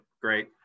Great